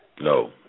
No